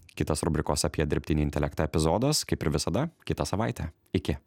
kitos rubrikos apie dirbtinį intelektą epizodas kaip ir visada kitą savaitę iki